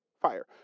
fire